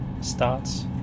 starts